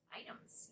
items